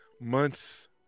months